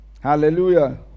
Hallelujah